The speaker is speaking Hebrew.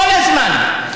כל הזמן.